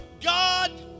God